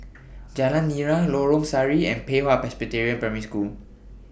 Jalan Nira Lorong Sari and Pei Hwa Presbyterian Primary School